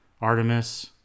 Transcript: Artemis